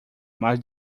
mas